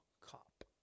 cop